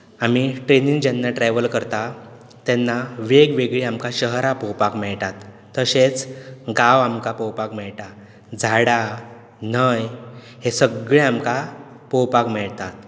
आमी ट्रेनीन जेन्ना ट्रेवल करता तेन्ना वेग वेगळी आमकां शहरां पळोवपाक मेळटात तशेंच गांव आमकां पळोवपाक मेळटात झाडां न्हंय हें सगळें आमकां पळोवपाक मेळटात